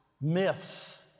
myths